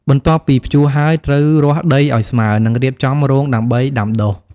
បន្ទាប់ពីភ្ជួរហើយ ត្រូវរាស់ដីឱ្យស្មើ និងរៀបចំរងដើម្បីដាំដុះ។